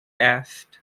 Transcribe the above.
asked